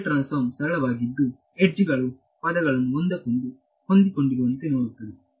Fourier transform ಸರಳವಾಗಿತ್ತು ಎಡ್ಜ್ಗಳು ಪದಗಳನ್ನು ಒಂದಕ್ಕೊಂದು ಹೊಂದಿಕೊಂಡಿರುವಂತೆ ನೋಡುತ್ತದೆ